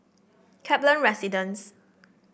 Kaplan Residence